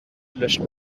löscht